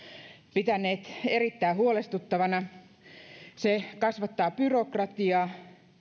pitäneet erittäin huolestuttavana sillä se kasvattaa byrokratiaa